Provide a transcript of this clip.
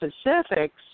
specifics